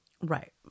Right